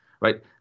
right